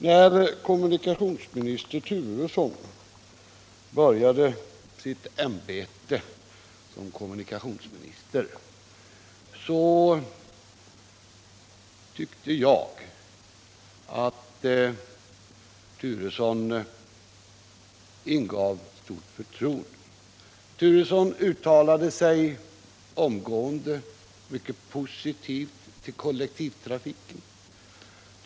När kommunikationsminister Turesson började i sitt ämbete som kommunikationsminister tyckte jag att han ingav stort förtroende. Han uttalade sig omgående mycket positivt för kollektivtrafiken.